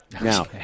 Now